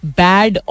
bad